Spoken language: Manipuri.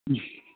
ꯎꯝ